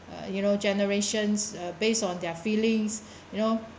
uh you know generations uh based on their feelings you know